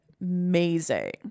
amazing